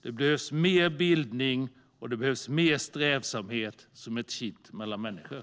Det behövs mer bildning och strävsamhet som ett kitt mellan människor.